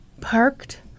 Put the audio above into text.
parked